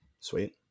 sweet